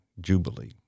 jubilee